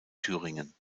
thüringen